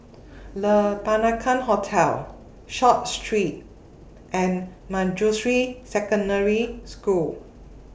Le Peranakan Hotel Short Street and Manjusri Secondary School